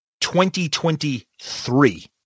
2023